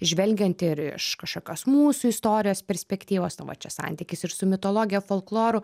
žvelgiant ir iš kažkokios mūsų istorijos perspektyvos čia santykis ir su mitologija folkloru